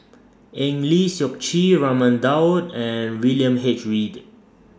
Eng Lee Seok Chee Raman Daud and William H Read